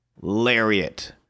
Lariat